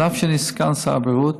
אף על פי שאני סגן שר הבריאות,